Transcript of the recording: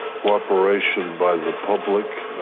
cooperation by the public.